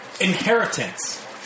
Inheritance